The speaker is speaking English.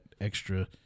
extra